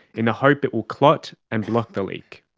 in the hope it will clot and block the leak.